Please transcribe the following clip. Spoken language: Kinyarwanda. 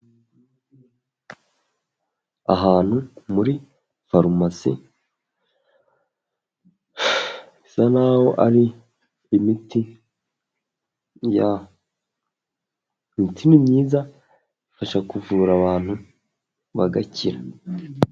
Ahantu muri farumasi, bisa naho ari imiti, Imiti myiza ifasha kuvura abantu bagakira.